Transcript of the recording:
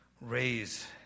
raise